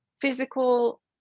physical